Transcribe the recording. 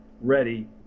ready